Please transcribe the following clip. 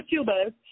YouTubers